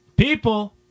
people